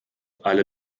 alle